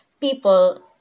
people